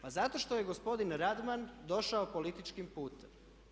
Pa zato što je gospodin Radman došao političkim putem.